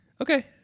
Okay